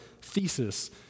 thesis